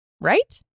Right